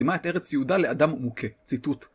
דימה את ארץ יהודה לאדם מוכה, ציטוט.